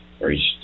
reached